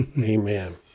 Amen